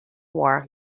war